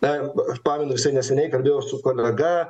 na aš pamenu visai neseniai kalbėjau su kolega